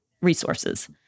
resources